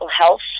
Health